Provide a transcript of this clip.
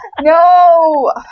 No